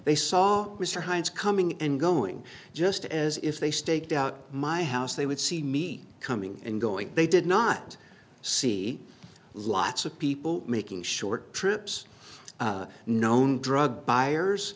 they saw mr hinds coming and going just as if they staked out my house they would see me coming and going they did not see lots of people making short trips known drug buyers